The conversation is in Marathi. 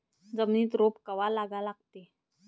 जमिनीत रोप कवा लागा लागते?